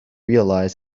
realized